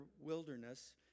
wilderness